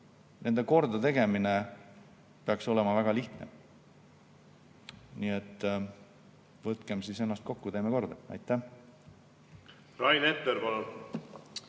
Nende kordategemine peaks olema väga lihtne. Nii et võtkem siis ennast kokku, tehkem need korda. Aitäh